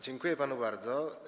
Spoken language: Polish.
Dziękuję panu bardzo.